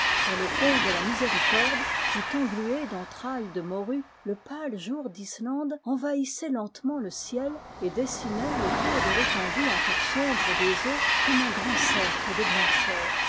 sur le pont de la miséricorde tout englué d'entrailles de morues le pâle jour d'islande envahissait lentement le ciel et dessinait autour de l'étendue encore sombre des eaux comme un grand cercle de blancheur